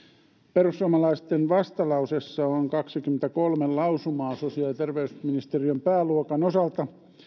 perussuomalaisten vastalauseessa on kaksikymmentäkolme lausumaa sosiaali ja terveysministeriön pääluokan osalta